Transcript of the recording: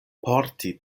porti